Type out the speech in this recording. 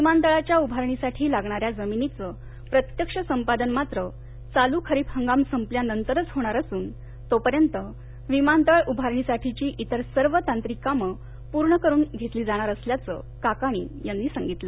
विमानतळाच्या उभारणीसाठी लागणाऱ्या जमिनीचं प्रत्यक्ष संपादन मात्र चालू खरीप हंगाम संपल्यानंतरच होणार असून तोपर्यंत विमानतळ उभारणीसाठीची इतर सर्व तांत्रिक काम पूर्ण करून घेतली जाणार असल्याचं काकाणी यांनी सांगितलं